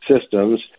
systems